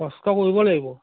কষ্ট কৰিব লাগিব